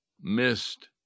missed